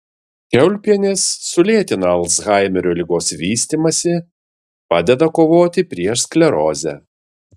kiaulpienės sulėtina alzhaimerio ligos vystymąsi padeda kovoti prieš sklerozę